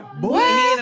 boy